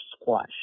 squash